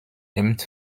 named